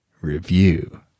review